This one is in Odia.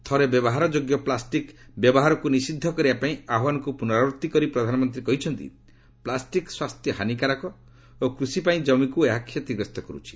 ଥରେ ବ୍ୟବହାର ଯୋଗ୍ୟ ପ୍ଲାଷ୍ଟିକ୍ ବ୍ୟବହାରକୁ ନିଷିଦ୍ଧ କରିବା ପାଇଁ ଆହ୍ୱାନକୁ ପୁନରାବୃତ୍ତି କରି ପ୍ରଧାନମନ୍ତ୍ରୀ କହିଛନ୍ତି ପ୍ଲାଷ୍ଟିକ୍ ସ୍ୱାସ୍ଥ୍ୟ ହାନୀକାରକ ଓ କୃଷି ପାଇଁ ଜମିକୁ ଏହା କ୍ଷତିଗ୍ରସ୍ତ କରୁଛି